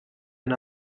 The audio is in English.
and